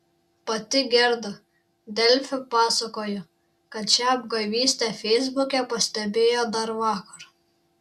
pati gerda delfi pasakojo kad šią apgavystę feisbuke pastebėjo dar vakar